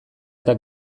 eta